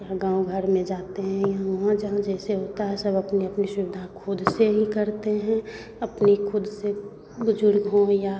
यहाँ गाँव घर में जाते हैं यहाँ वहाँ जहाँ जैसे होता है सब अपनी अपनी सुविधाखुद से ही करते हैं अपनी खुद से बुज़ुर्ग हो या